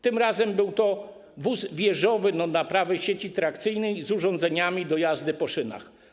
Tym razem był to wóz wieżowy do naprawy sieci trakcyjnej z urządzeniami do jazdy po szynach.